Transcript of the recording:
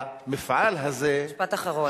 משפט אחרון.